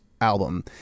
album